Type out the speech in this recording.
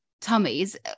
tummies